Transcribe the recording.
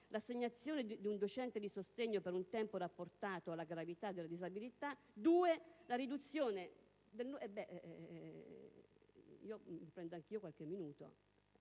l'assegnazione di un docente di sostegno per un tempo rapportato alla gravità della disabilità e la riduzione del